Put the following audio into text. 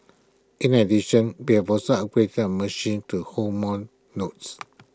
in addition we have also upgraded our machines to hold more notes